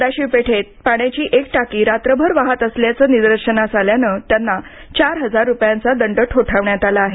सदाशिव पेठेत एक पाण्याची टाकी रात्रभर वाहात असल्याचं निदर्शनास आल्याने त्याना चार हजार रुपयांचा दंड ठोठावण्यात आला आहे